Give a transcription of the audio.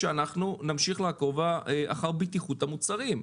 אנחנו נמשיך לעקוב אחר בטיחות המוצרים,